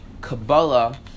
Kabbalah